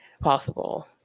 possible